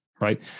Right